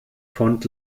fond